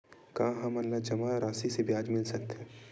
का हमन ला जमा राशि से ब्याज मिल सकथे?